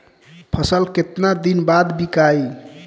फसल केतना दिन बाद विकाई?